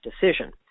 decision